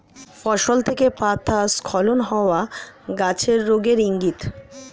ফসল থেকে পাতা স্খলন হওয়া গাছের রোগের ইংগিত